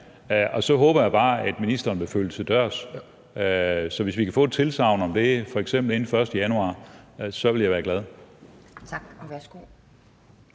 og så håber jeg bare, at ministeren vil følge det til dørs. Så hvis vi kan få et tilsagn om det, f.eks. inden den 1. januar, ville jeg være glad. Kl.